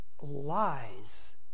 lies